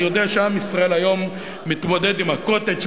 אני יודע שעם ישראל היום מתמודד עם ה"קוטג'".